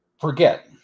forget